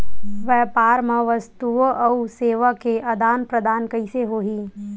व्यापार मा वस्तुओ अउ सेवा के आदान प्रदान कइसे होही?